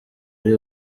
ari